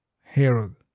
Herod